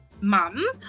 mum